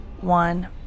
one